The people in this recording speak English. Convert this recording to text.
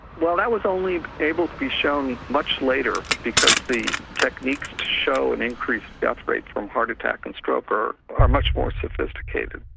well, that was only able to be shown much later because the techniques to show an increased death rate from heart attack and stroke are are much more sophisticated.